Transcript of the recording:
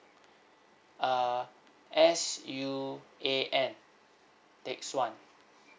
uh S U A N teck suan